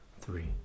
three